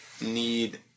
need